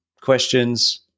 questions